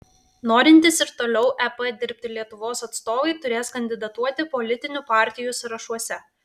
norintys ir toliau ep dirbti lietuvos atstovai turės kandidatuoti politinių partijų sąrašuose